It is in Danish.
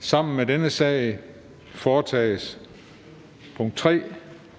Sammen med dette punkt foretages: 3)